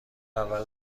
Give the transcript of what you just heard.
اول